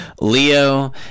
Leo